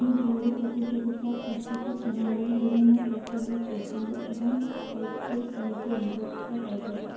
ମୁଁ ଦୌଡ଼ ପ୍ରତିଯୋଗିତା ପ୍ରସ୍ତୁତି ସମୟରେ ବିଭିନ୍ନ ପ୍ରକାରର ପୋଷଣ ଏବଂ ହାଇଡ୍ରେସନ୍କୁ ଅନ୍ତର୍ଭୁକ୍ତ କରିଥାଏ